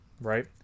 right